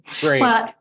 Great